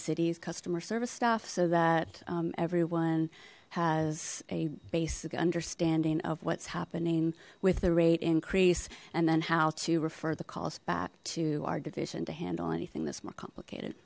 city's customer service stuff so that everyone has a basic understanding of what's happening with the rate increase and then how to refer the calls back to our division to handle anything that's more complicated